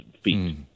feet